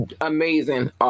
Amazing